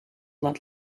laat